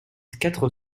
quatre